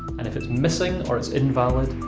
and if it's missing or it's invalid,